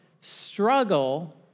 struggle